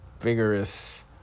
vigorous